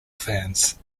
fans